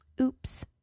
Oops